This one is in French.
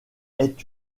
est